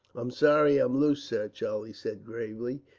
i'm sorry i'm loose, sir, charlie said gravely,